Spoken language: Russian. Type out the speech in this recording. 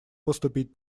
поступить